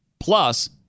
Plus